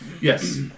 Yes